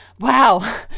Wow